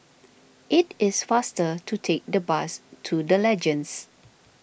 it is faster to take the bus to the Legends